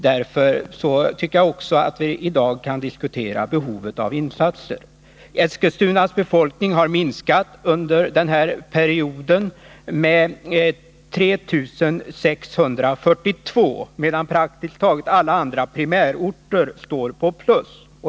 Därför tycker jag också att vi i dag kan diskutera behovet av insatser. Eskilstunas befolkning har under den period det här gäller minskat med 3 642 personer, medan praktiskt taget alla andra primärorter står på plus.